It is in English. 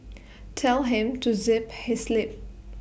tell him to zip his lip